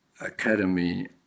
Academy